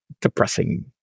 depressing